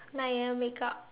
nine A_M wake up